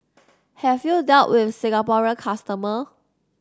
have you dealt with Singaporean customer